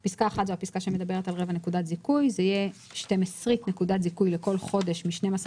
"(1) 1/12 נקודת זיכוי לכל חודש משנים־עשר